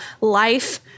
life